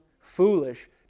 foolish